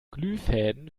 glühfäden